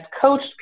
coached